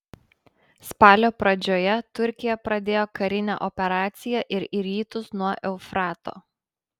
spalio pradžioje turkija pradėjo karinę operaciją ir į rytus nuo eufrato